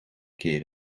keer